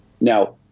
Now